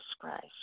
Christ